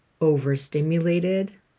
overstimulated